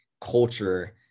culture